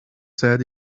said